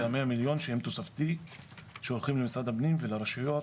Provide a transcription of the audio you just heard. זה המאה מיליון שהם תוספתי שהולכים למשרד הפנים ולרשויות.